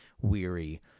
weary